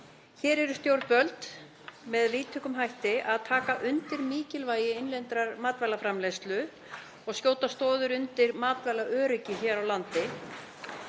Hér eru stjórnvöld með víðtækum hætti að taka undir mikilvægi innlendrar matvælaframleiðslu og skjóta stoðum undir matvælaöryggi hér á landi.